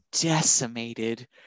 decimated